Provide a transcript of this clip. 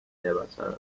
لباسارو